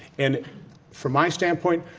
and from my standpoint,